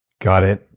got it.